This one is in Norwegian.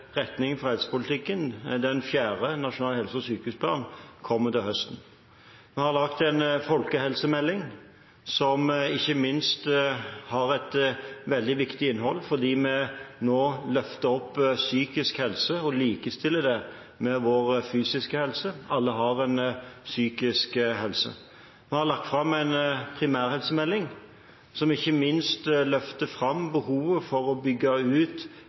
helsepolitikken, den fjerde, nasjonal helse- og sykehusplan, kommer til høsten. Vi har laget en folkehelsemelding, som har et veldig viktig innhold fordi vi nå løfter opp psykisk helse og likestiller det med vår fysiske helse. Alle har en psykisk helse. Vi har lagt fram en primærhelsemelding, som ikke minst løfter fram behovet for å bygge ut